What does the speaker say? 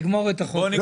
נגמור את החוק הזה.